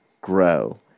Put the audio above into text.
grow